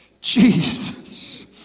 Jesus